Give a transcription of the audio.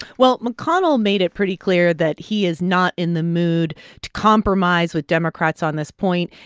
well, mcconnell made it pretty clear that he is not in the mood to compromise with democrats on this point.